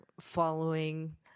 following